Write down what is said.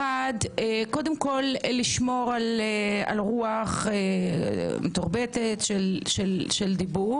אחד קודם כל לשמור על רוח מתורבתת של דיבור.